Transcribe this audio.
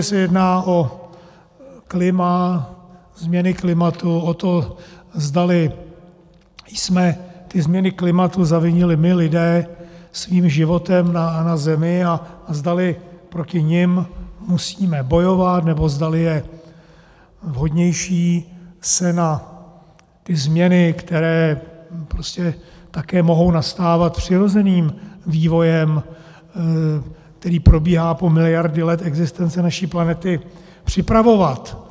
Samozřejmě se jedná o klima, změny klimatu, o to, zdali jsme změny klimatu zavinili my lidé svým životem na Zemi a zdali proti nim musíme bojovat, nebo zdali je vhodnější se na změny, které také mohou nastávat přirozeným vývojem, který probíhá po miliardy let existence naší planety, připravovat.